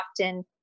often